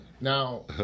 Now